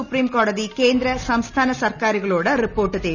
supreme കോടതി കേന്ദ്ര സംസ്ഥാന സർക്കാരുകളോട് റിപ്പോർട്ട് തേടി